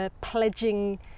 pledging